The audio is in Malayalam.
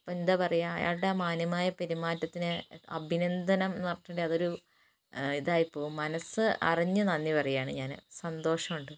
ഇപ്പം എന്താ പറയുക അയാളുടെ ആ മാന്യമായ പെരുമാറ്റത്തിന് അഭിനന്ദനം എന്നു പറഞ്ഞിട്ടുണ്ടെങ്കിൽ അതൊരു ഇതായിപ്പോവും മനസ്സ് അറിഞ്ഞു നന്ദി പറയുകയാണ് ഞാൻ സന്തോഷമുണ്ട്